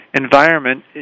environment